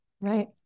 Right